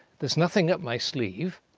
there's nothing up my sleeve,